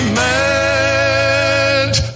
meant